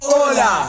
Hola